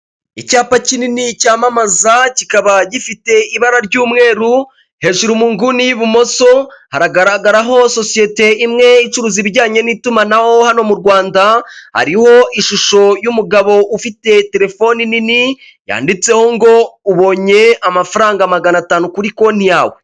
Icyapa kinini cyamamaza kikaba gifite ibara ry'umweru, hejuru umuguni y'ibumoso hagaragaraho sosiyete imwe icuruza ibijyanye n'itumanaho hano mu Rwanda, hariho ishusho y'umugabo ufite telefone nini yanditseho ngo ubonye amafaranga magana atanu kuri konti yawe.